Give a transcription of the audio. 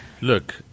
Look